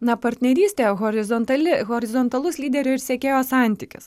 na partnerystė horizontali horizontalus lyderio ir sekėjos santykis